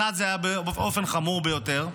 אחד זה היה באופן חמור ביותר,